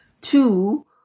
Two